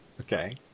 Okay